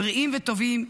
בריאים וטובים,